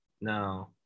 No